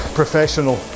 professional